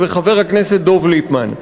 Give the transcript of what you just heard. חבר הכנסת מיקי רוזנטל,